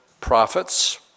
prophets